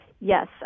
Yes